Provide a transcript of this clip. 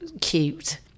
cute